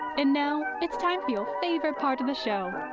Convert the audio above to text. and now it's time field. favorite part of the show,